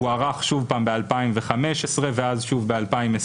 הוארך שוב פעם ב-2015 ואז שוב ב-2020,